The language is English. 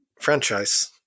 franchise